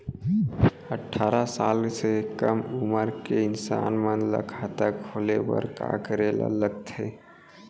अट्ठारह साल से कम उमर के इंसान मन ला खाता खोले बर का करे ला लगथे?